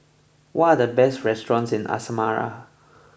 what are the best restaurants in Asmara